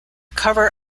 cover